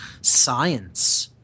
science